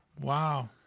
Wow